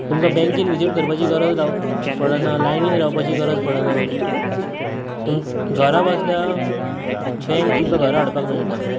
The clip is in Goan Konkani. तुमकां बँकीन विसीट करपाची गरज रावो पडना लायनींत रावपाची गरज पडना तूं घरा बसल्यार बँक तुमकां घरा हाडपाक मेळटा